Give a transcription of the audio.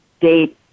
date